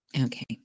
Okay